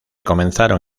comenzaron